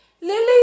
Lily